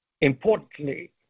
Importantly